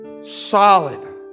solid